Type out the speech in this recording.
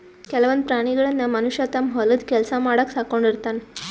ಕೆಲವೊಂದ್ ಪ್ರಾಣಿಗಳನ್ನ್ ಮನಷ್ಯ ತಮ್ಮ್ ಹೊಲದ್ ಕೆಲ್ಸ ಮಾಡಕ್ಕ್ ಸಾಕೊಂಡಿರ್ತಾನ್